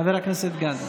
לחבר הכנסת גדי יברקן.